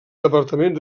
departament